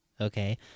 Okay